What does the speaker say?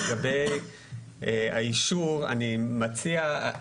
לגבי האישור אני מציע,